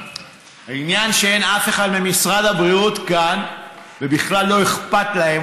העניין שאין אף אחד ממשרד הבריאות כאן ובכלל לא אכפת להם,